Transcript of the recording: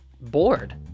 bored